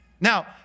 Now